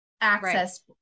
access